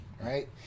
right